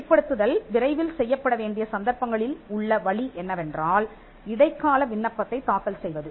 வெளிப்படுத்துதல் விரைவில் செய்யப்பட வேண்டிய சந்தர்ப்பங்களில் உள்ள வழி என்னவென்றால் இடைக்கால விண்ணப்பத்தைத் தாக்கல் செய்வது